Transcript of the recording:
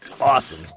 Awesome